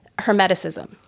hermeticism